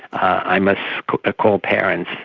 i must ah call parents,